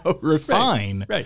refine